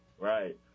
right